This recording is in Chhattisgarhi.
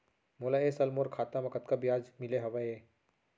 मोला ए साल मोर खाता म कतका ब्याज मिले हवये?